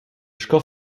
sco